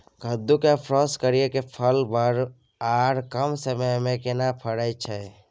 कद्दू के क्रॉस करिये के फल बर आर कम समय में केना फरय छै?